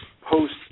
post